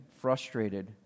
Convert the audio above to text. frustrated